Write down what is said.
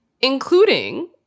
including